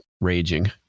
raging